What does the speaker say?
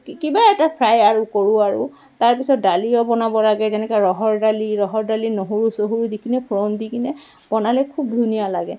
কিবা এটা ফ্ৰাই আৰু কৰোঁ আৰু তাৰপিছত দালিও বনাব লাগে যেনেকৈ ৰহৰ দালি ৰহৰ দালি নহৰু চহৰু দি কিনে ফুৰণ দি কিনে বনালে খুব ধুনীয়া লাগে